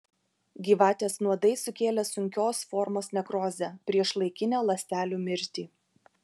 gyvatės nuodai sukėlė sunkios formos nekrozę priešlaikinę ląstelių mirtį